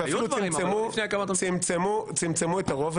ואפילו צמצמו את הרוב.